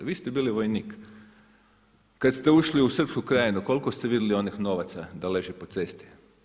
Vi ste bili vojnik kada ste ušli u Srpsku krajinu koliko ste vidjeli onih novaca da leži po cesti?